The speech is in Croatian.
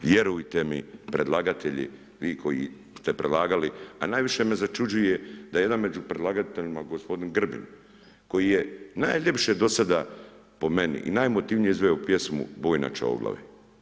Vjerujte mi, predlagatelji, vi koji ste predlagali, a najviše me začuđuje, da jedan među predlagateljima, gospodin Grbin, koji je najljepše do sada, po meni, i najemotivnije izveo pjesmu Bojna Čavoglave.